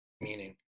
meaning